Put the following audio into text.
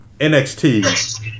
NXT